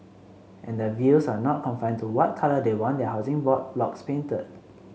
and their views are not confined to what colour they want their Housing Board blocks painted